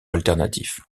alternatif